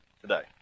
today